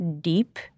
deep